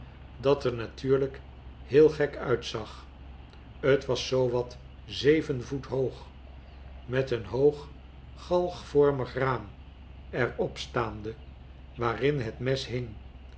dat er natuurlyk tffeel gek uitzag t was zoo wat zeven voet hoog met een hoog galgvormig raam er op staande waarin het mes hing